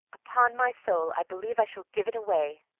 upon my soul i believe i shall give it away!